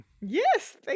Yes